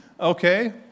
Okay